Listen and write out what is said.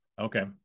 okay